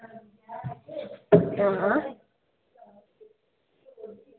हां